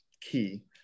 key